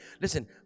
listen